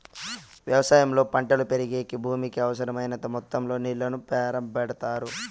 వ్యవసాయంలో పంటలు పెరిగేకి భూమికి అవసరమైనంత మొత్తం లో నీళ్ళను పారబెడతారు